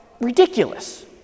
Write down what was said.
ridiculous